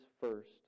first